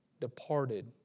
departed